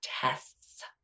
tests